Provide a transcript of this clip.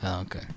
okay